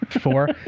four